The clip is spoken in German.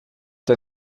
der